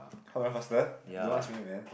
faster don't ask me man